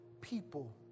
people